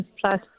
plus